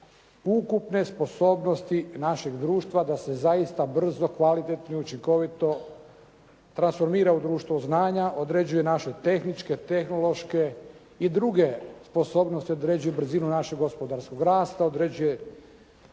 ukupne sposobnosti našeg društva da se zaista brzo, kvalitetno i učinkovito transformira u društvo znanje, određuje naše tehničke, tehnološke i druge sposobnosti, određuje brzinu našeg gospodarskog rasta, određuje